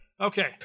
Okay